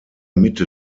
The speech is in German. mitte